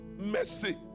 Mercy